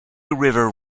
river